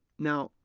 now,